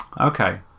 okay